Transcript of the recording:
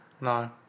No